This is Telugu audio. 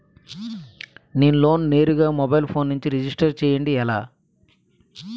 నేను లోన్ నేరుగా మొబైల్ ఫోన్ నుంచి రిజిస్టర్ చేయండి ఎలా?